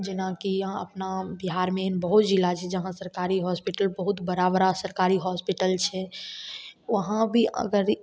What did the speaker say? जेनाकि आहाँ अपना बिहारमे बहुत जिला छै जहाँ सरकारी हॉस्पिटल बहुत बड़ा बड़ा सरकारी हॉस्पिटल छै वहाँ भी अगर